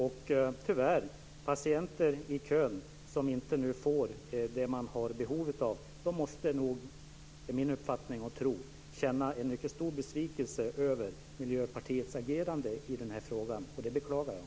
Tyvärr måste de patienter som står i kö för att få den vård de behöver känna en mycket stor besvikelse över Miljöpartiets agerande i den här frågan, och det beklagar jag.